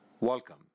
Welcome